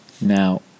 Now